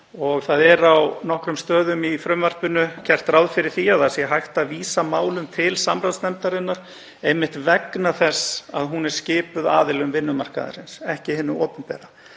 og á nokkrum stöðum í frumvarpinu er gert ráð fyrir því að hægt sé að vísa málum til samráðsnefndarinnar einmitt vegna þess að hún er skipuð aðilum vinnumarkaðarins, ekki hins opinbera.